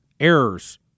errors